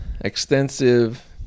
extensive